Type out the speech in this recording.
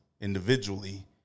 individually